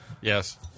Yes